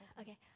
Okay